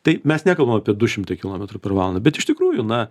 tai mes nekalbam apie du šimtai kilometrų per valandą bet iš tikrųjų na